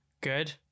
Good